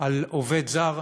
על עובד זר